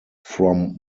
from